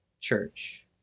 church